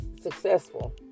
successful